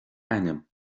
ainm